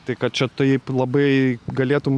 tai kad čia taip labai galėtum